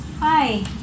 Hi